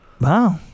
Wow